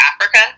Africa